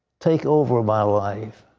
take over my life.